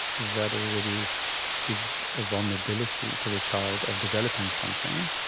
that already gives a vulnerability to the child of developing something.